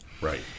Right